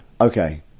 Okay